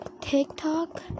tiktok